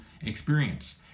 experience